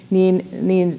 niin